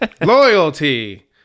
Loyalty